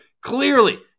clearly